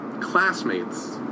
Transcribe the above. classmates